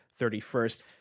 31st